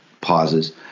pauses